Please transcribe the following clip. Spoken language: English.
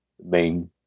main